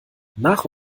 nach